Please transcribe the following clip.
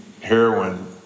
heroin